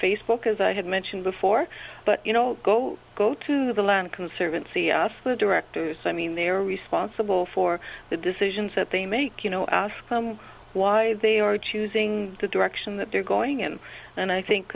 facebook as i had mentioned before but you know go go to the land conservancy us the directors i mean they're responsible for the decisions that they make you know ask them why they are choosing the direction that they're going in and i think